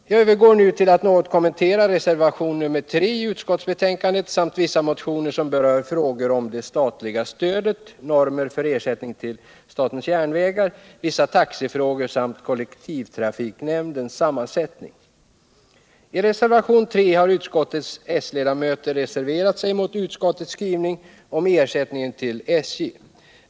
Jag övergår nu till att något kommentera reservationen 3 i utskottsbetänkandet samt vissa motioner som berör frågor om det statliga stödet, normer för ersättning till SJ, vissa taxefrågor samt kollektivtrafiknämndens sammansättning. I reservationen 3 har utskottets s-ledamöter reserverat sig mot utskottets skrivning om ersättningen till SJ.